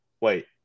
Wait